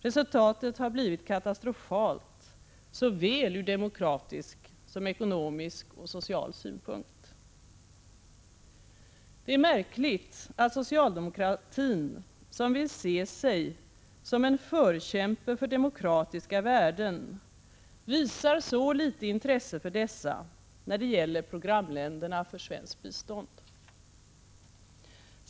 Resultatet har blivit katastrofalt ur såväl demokratisk som ekonomisk och social synpunkt. Det är märkligt att socialdemokratin, som vill se sig som en förkämpe för demokratiska värden, visar så litet intresse för dessa när det gäller programländerna för svenskt bistånd.